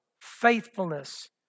faithfulness